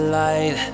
light